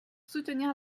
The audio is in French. soutenir